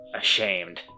ashamed